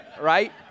right